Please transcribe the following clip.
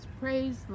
praise